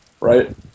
Right